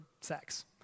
sex